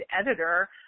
editor